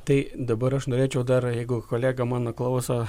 tai dabar aš norėčiau dar jeigu kolega mano klauso